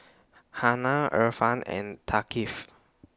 Hana Irfan and Thaqif